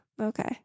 Okay